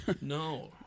No